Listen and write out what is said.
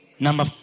Number